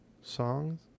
songs